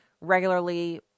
regularly